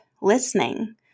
listening